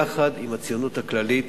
יחד עם הציונות הכללית,